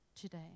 today